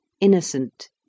innocent